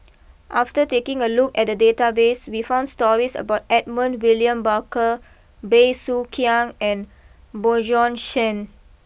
after taking a look at the database we found stories about Edmund William Barker Bey Soo Khiang and Bjorn Shen